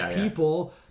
people